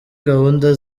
gahunda